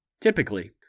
Typically